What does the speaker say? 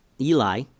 Eli